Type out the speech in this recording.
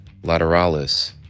Lateralis